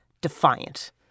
defiant